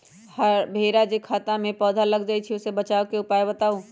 भेरा जे पौधा में लग जाइछई ओ से बचाबे के उपाय बताऊँ?